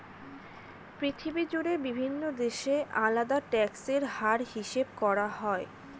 পৃথিবী জুড়ে বিভিন্ন দেশে আলাদা ট্যাক্স এর হার হিসাব করা হয়